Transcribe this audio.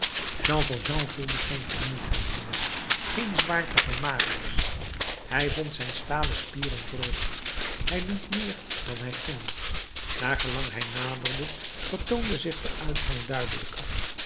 jean valjean voelde geen vermoeidheid meer geen zwaarte van marius hij vond zijn stalen spieren terug hij liep meer dan hij ging naar gelang hij naderde vertoonde zich de uitgang duidelijker